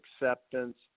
acceptance